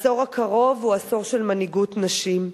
העשור הקרוב הוא עשור של מנהיגות נשים,